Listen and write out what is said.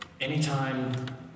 anytime